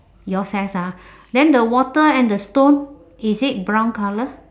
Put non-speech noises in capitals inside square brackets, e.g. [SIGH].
yours has ah [BREATH] then the water and the stone is it brown colour